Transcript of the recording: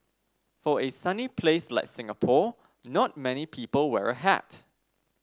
for a sunny place like Singapore not many people wear a hat